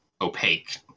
opaque